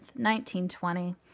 1920